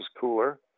cooler